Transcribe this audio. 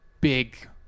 big